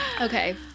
okay